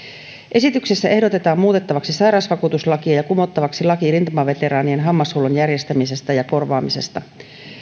esityksessä ehdotetaan muutettavaksi sairausvakuutuslakia ja ja kumottavaksi laki rintamaveteraanien hammashuollon järjestämisestä ja korvaamisesta